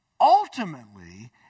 ultimately